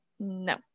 No